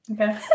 Okay